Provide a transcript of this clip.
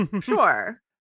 Sure